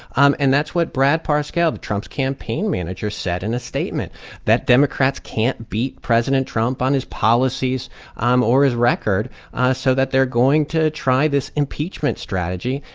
um and that's what brad parscale, the trump's campaign manager, said in a statement that democrats can't beat president trump on his policies um or his record so that they're going to try this impeachment strategy.